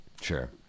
Sure